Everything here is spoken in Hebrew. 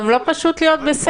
גם לא פשוט להיות בסגר.